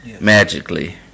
magically